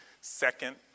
second-